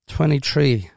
Twenty-three